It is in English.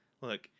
look